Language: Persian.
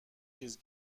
چیز